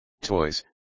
toys